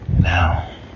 Now